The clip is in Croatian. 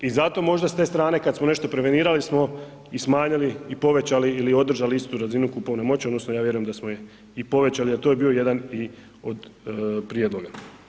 I zato možda s te strane kada smo nešto prevenirali smo i smanjili i povećali ili održali istu razinu kupovne moći odnosno ja vjerujem da smo je i povećali jel to je bio jedan od prijedloga.